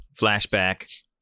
Flashback